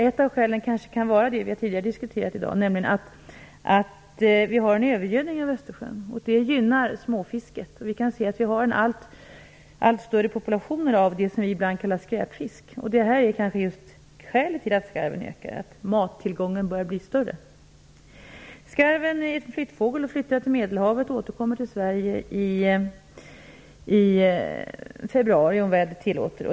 Ett av skälen kanske kan vara det vi tidigare har diskuterat i dag, nämligen att vi har en övergödning av Östersjön. Det gynnar småfisken. Vi kan se att vi har allt större populationer av det som vi ibland kallar skräpfisk. Det är kanske just skälet till att skarven ökar. Mattillgången börjar bli större. Skarven är en flyttfågel och flyttar till Medelhavet och återkommer till Sverige i februari om vädret tillåter.